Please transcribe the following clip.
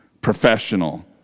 professional